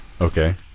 Okay